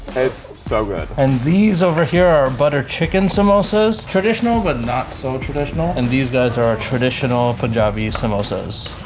it's so good. and these over here are buttered chicken samosas. traditional but not so traditional. and these guys are our traditional punjabi samosas.